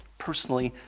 personally,